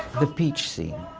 the peach scene.